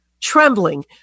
trembling